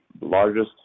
largest